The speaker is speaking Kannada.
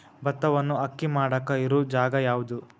ಭತ್ತವನ್ನು ಅಕ್ಕಿ ಮಾಡಾಕ ಇರು ಜಾಗ ಯಾವುದು?